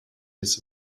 his